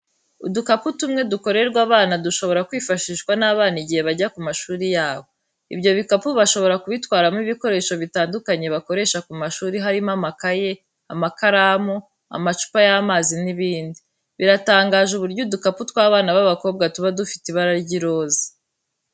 Udukapu tumwe dukorerwa abana dushobora kwifashishwa n'abana igihe bajya ku mashuri yabo. Ibyo bikapu bashobora kubitwaramo ibikoresho bitandukanye bakoresha ku mashuri harimo: amakaye, amakaramu, amacupa y'amazi n'ibindi. Biratangaje uburyo udukapu tw'abana b'abakobwa tuba dufite ibara ry'iroza.